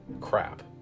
crap